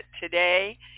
today